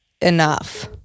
enough